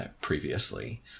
previously